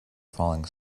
falling